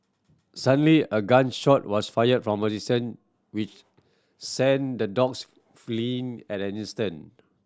suddenly a gun shot was fired from a distance which sent the dogs fleeing at an instant